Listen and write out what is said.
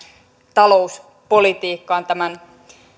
talouspolitiikkaan tämän